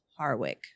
Harwick